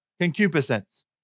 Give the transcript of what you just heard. concupiscence